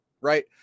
right